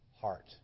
heart